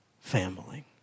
family